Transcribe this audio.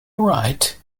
right